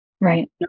Right